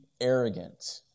arrogant